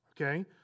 okay